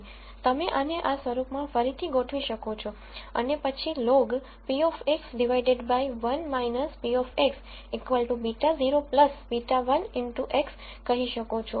તમે આને આ સ્વરૂપમાં ફરીથી ગોઠવી શકો છો અને પછી લોગ p 1 p β0 β1 x કહી શકો છો